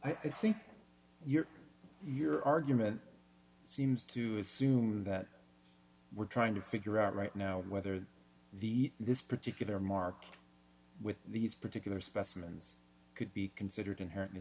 i think your your argument seems to assume that we're trying to figure out right now whether the eat this particular market with these particular specimens could be considered inherently